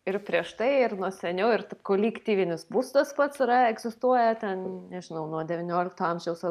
ir prieš tai ir nuo seniau ir tai kolektyvinis būstas koks yra egzistuoja ten nežinau nuo devyniolikto amžiaus ar